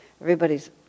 everybody's